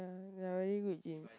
very good in jeans